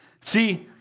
See